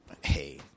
hey